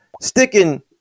sticking